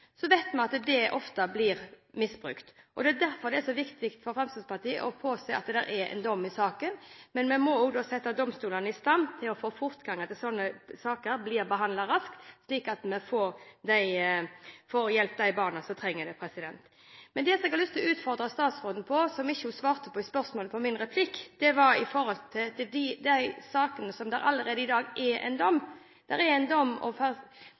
vet at det ofte blir misbrukt, og det er derfor det er så viktig for Fremskrittspartiet å påse at det foreligger dom i saken. Men vi må da sette domstolene i stand til å få fortgang i slike saker, at de må behandles raskt, slik at vi får hjulpet de barna som trenger det. Jeg ønsker å utfordre statsråden på spørsmålet hun ikke svarte på i min replikk. Det gjaldt de sakene hvor det allerede i dag foreligger en dom. Det foreligger en dom, og